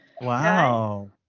Wow